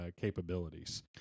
capabilities